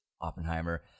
Oppenheimer